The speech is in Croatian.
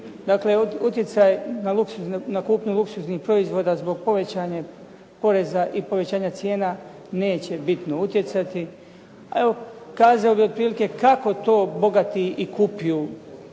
Dakle, utjecaj na kupnju luksuznih proizvoda zbog povećanja poreza i povećanja cijena neće bitno utjecati, a evo kazao bih otprilike kako to bogati i kupuju,